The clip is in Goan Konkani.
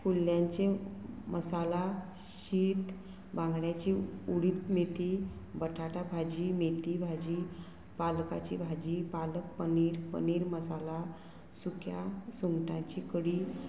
कुल्ल्यांचें मसाला शीत बांगड्याची उडीड मेथी बटाटा भाजी मेथी भाजी पालकाची भाजी पालक पनीर पनीर मसाला सुक्या सुंगटांची कडी